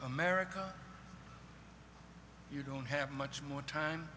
america you don't have much more time